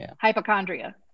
hypochondria